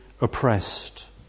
oppressed